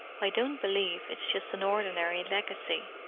i don't believe it's just an ordinary legacy.